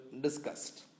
discussed